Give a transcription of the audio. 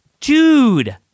Dude